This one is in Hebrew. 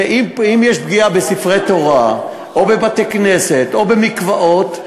אם יש פגיעה בספרי תורה או בבתי-כנסת או במקוואות,